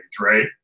right